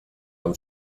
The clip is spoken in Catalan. amb